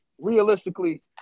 realistically